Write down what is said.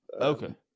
Okay